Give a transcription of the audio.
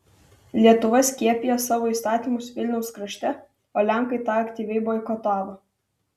lietuva skiepijo savo įstatymus vilniaus krašte o lenkai tą aktyviai boikotavo